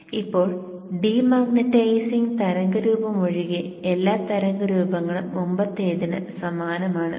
ഇപ്പോൾ ഡീമാഗ്നെറ്റൈസിംഗ് തരംഗരൂപം ഒഴികെ എല്ലാ തരംഗരൂപങ്ങളും മുമ്പത്തേതിന് സമാനമാണ്